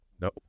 No